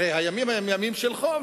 הרי הימים הם ימים של חום,